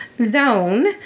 zone